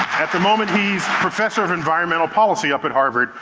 at the moment, he's professor of environmental policy up at harvard,